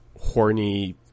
horny